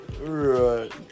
Right